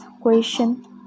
question